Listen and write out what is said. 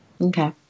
Okay